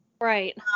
Right